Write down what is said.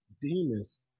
demons